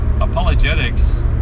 apologetics